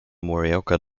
morioka